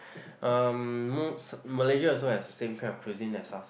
um most Malaysia also has the same kind of cuisine as us